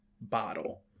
bottle